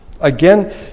Again